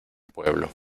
pueblo